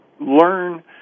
learn